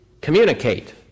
communicate